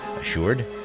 assured